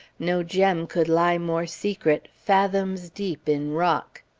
no gem could lie more secret fathoms deep in rock.